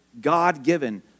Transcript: God-given